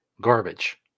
garbage